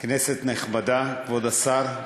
כנסת נכבדה, כבוד השר,